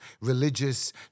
religious